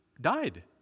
died